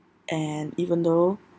and even though